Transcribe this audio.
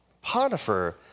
Potiphar